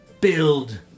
build